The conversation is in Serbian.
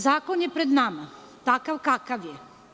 Zakon je pred nama, takav kakav je.